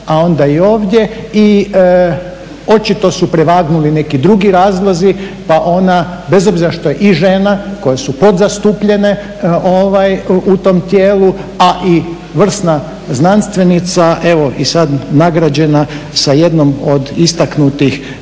a onda i ovdje i očito su prevagnuli neki drugi razlozi pa ona bez obzira što je i žena koje su podzastupljene u tom tijelu, a i vrsna znanstvenica evo i sad nagrađena sa jednom od istaknutih